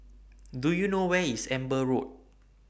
Do YOU know Where IS Amber Road